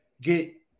get